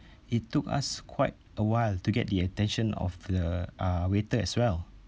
it took us quite a while to get the attention of the uh waiter as well